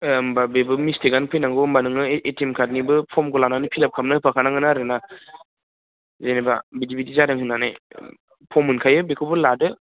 होनबा बेबो मिस्टेकानो फैनांगौ होनबा नोङो ए टि एम कार्डनिबो फर्मखौ लानानै फिल आप खालामना होफाखानांगोन आरोना जेनेबा बिदि बिदि जादों होननानै फर्म मोनखायो बेखौबो लादो